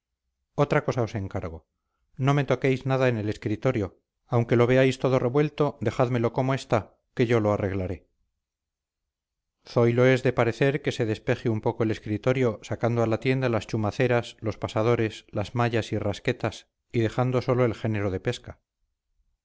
otra cosa os encargo no me toquéis nada en el escritorio aunque lo veáis todo revuelto dejádmelo como está que yo lo arreglaré zoilo es de parecer que se despeje un poco el escritorio sacando a la tienda las chumaceras los pasadores las mallas y rasquetas y dejando sólo el género de pesca